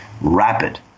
rapid